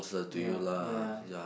ya ya